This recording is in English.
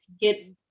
get